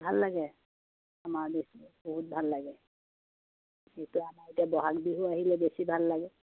ভাল লাগে আমাৰ বেছি বহুত ভাল লাগে সেইটো আমাৰ এতিয়া ব'হাগ বিহু আহিলে বেছি ভাল লাগে